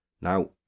Now